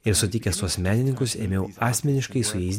ir sutikęs tuos menininkus ėmiau asmeniškai su jais